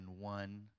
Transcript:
one